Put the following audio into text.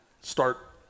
start